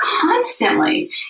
Constantly